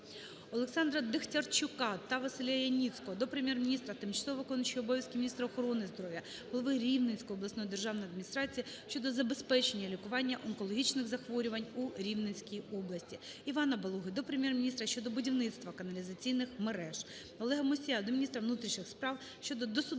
ОлександраДехтярчука та Василя Яніцького до Прем'єр-міністра, тимчасово виконуючої обов'язки міністра охорони здоров'я, голови Рівненської обласної державної адміністрації щодо забезпечення лікування онкологічних захворювань у Рівненській області. Івана Балоги до Прем'єр-міністра України щодо будівництва каналізаційних мереж. Олега Мусія до міністра внутрішніх справ щодо досудового